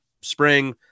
spring